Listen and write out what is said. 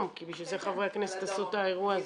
כי בשביל זה חברי הכנסת עשו את האירוע הזה.